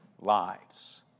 lives